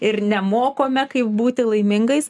ir nemokome kaip būti laimingais